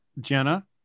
Jenna